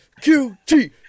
QT